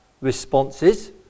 responses